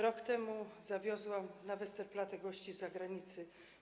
Rok temu zawiozłam na Westerplatte gości z zagranicy.